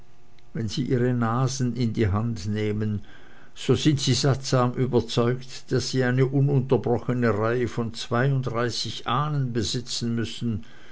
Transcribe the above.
wenn sie ihre nasen in die hand nehmen so sind sie sattsam überzeugt daß sie eine ununterbrochene reihe von zweiunddreißig ahnen besitzen müssen